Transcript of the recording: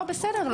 לא, בסדר.